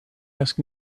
ask